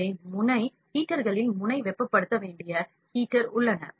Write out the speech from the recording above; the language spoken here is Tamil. எனவே முனை ஹீட்டர்களில் முனை வெப்பப்படுத்த வேண்டிய ஹீட்டர் உள்ளன